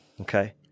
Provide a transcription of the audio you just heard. Okay